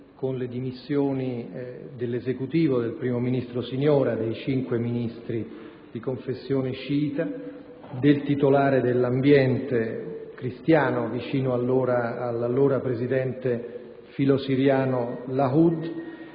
con le dimissioni dell'Esecutivo del primo ministro Siniora, dei cinque Ministri di confessione sciita e del titolare dell'ambiente cristiano vicino all'allora presidente filo-siriano Lahoud.